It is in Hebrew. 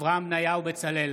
אברהם בצלאל,